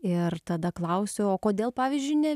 ir tada klausiu o kodėl pavyzdžiui ne